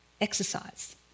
exercise